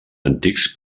antics